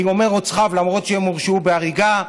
אני אומר "רוצחיו" למרות שהם הורשעו בהריגה,